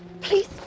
please